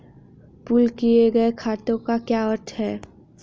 Pool किए गए खातों का क्या अर्थ है?